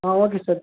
ah okay sir